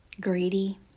greedy